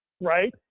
right